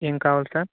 ఏం కావాలి సార్